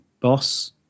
Boss